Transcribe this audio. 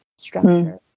structure